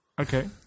Okay